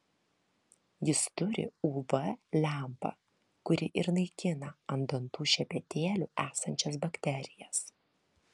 jis turi uv lempą kuri ir naikina ant dantų šepetėlių esančias bakterijas